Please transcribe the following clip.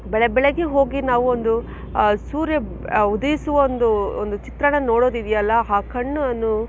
ಬೆಳಗ್ಗೆ ಬೆಳಗ್ಗೆ ಹೋಗಿ ನಾವು ಒಂದು ಸೂರ್ಯ ಉದಯಿಸುವ ಒಂದು ಒಂದು ಚಿತ್ರಣ ನೋಡೋದಿದೆಯಲ್ಲ ಆ ಕಣ್ಣನ್ನು